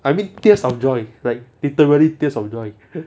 I mean tears of joy like literary tears of joy